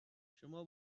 شما